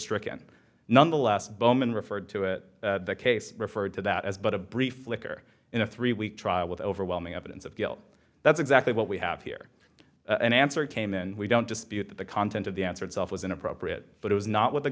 stricken nonetheless bowman referred to it the case referred to that as but a brief flicker in a three week trial with overwhelming evidence of guilt that's exactly what we have here an answer came in we don't dispute that the content of the answer itself was inappropriate but it was not